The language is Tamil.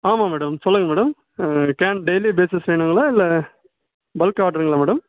ஆமாம் மேடம் சொல்லுங்க மேடம் கேன் டெய்லி பேஸிஸ் வேணுங்களா இல்லை பல்க் ஆட்ருங்களா மேடம்